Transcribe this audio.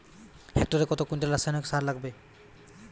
হেক্টরে কত কুইন্টাল রাসায়নিক সার লাগবে?